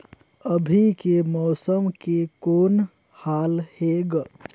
अभी के मौसम के कौन हाल हे ग?